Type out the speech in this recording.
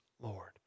Lord